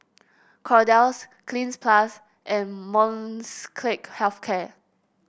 Kordel's Cleanz Plus and Molnylcke Health Care